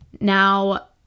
Now